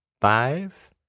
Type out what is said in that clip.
five